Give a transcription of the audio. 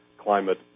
climate